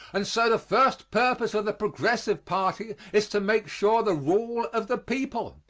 and so the first purpose of the progressive party is to make sure the rule of the people.